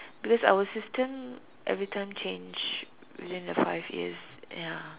because our system everytime change within the five years ya